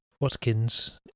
Watkins